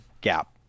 gap